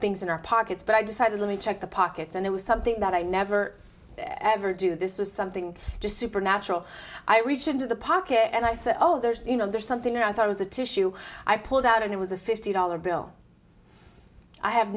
things in our pockets but i decided let me check the pockets and it was something that i never ever do this was something just supernatural i reached into the pocket and i said oh there's you know there's something that i thought was a tissue i pulled out and it was a fifty dollar bill i have